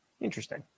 Interesting